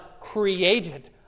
created